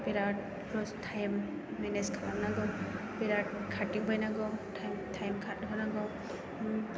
बिरा time manage खालामनांगौ बिराद खारदिंबायनांगौ टाइम खारहोनो नांगौ